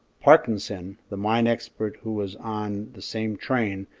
parkinson, the mine expert who was on the same train,